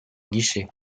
guichet